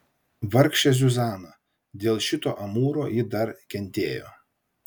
vargšė zuzana dėl šito amūro ji dar kentėjo